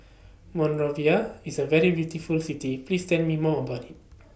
Monrovia IS A very beautiful City Please Tell Me More about IT